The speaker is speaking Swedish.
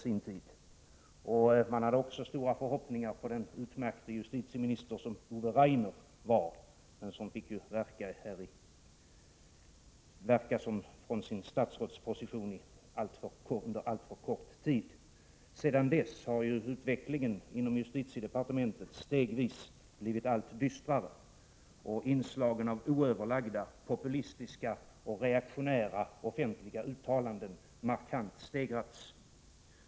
Man hade också stora förhoppningar på den utmärkte justitieministern Ove Rainer — han fick verka från sin statsrådsposition under alltför kort tid. Sedan dess har utvecklingen inom justitiedepartementet stegvis blivit allt dystrare. Inslaget av oöverlagda populistiska och reaktionära offentliga uttalanden har markant stegrats.